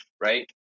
right